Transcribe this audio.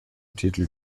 titel